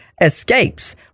escapes